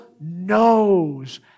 knows